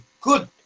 good